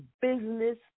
business